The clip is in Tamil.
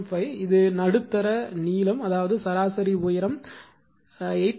5 இது நடுத்தர நீளம் அதாவது சராசரி உயரம் 8